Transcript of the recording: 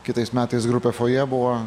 kitais metais grupė fojė buvo